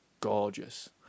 gorgeous